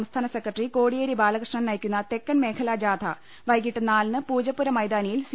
സംസ്ഥാന സെക്രട്ടറി കോടിയേരി ബാലകൃഷ്ണൻ നയിക്കുന്ന തെക്കൻ മേഖലാ ജാഥ വൈകിട്ട് നാലിന് പൂജപ്പുര മൈതാനിയിൽ സി